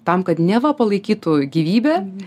tam kad neva palaikytų gyvybę